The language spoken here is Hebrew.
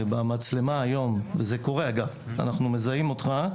ובמצלמה אנחנו מזהים אותך,